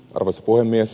arvoisa puhemies